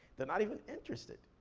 they're not even interested.